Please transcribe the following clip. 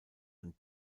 und